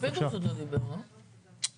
אבל פינדרוס עוד לא דיבר, לא?